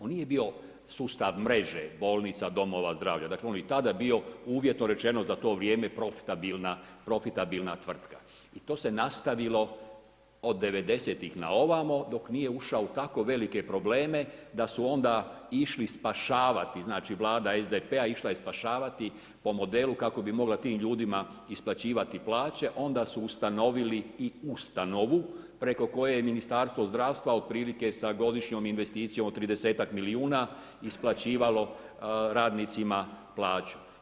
On nije bio sustav mreže bolnica, domova zdravlja, dakle on je i tada bio uvjetno rečeno za to vrijeme profitabilna, profitabilna tvrtka i to se nastavilo od 90-tih na ovamo dok nije ušao u tako velike probleme da su onda išli spašavati, znači Vlada SDP-a išla je spašavati po modelu kako bi mogla tim ljudima isplaćivati plaće onda su ustanovili i ustanovu preko koje je Ministarstvo zdravstva otprilike sa godišnjom investicijom od 30-tak milijuna isplaćivalo radnicima plaću.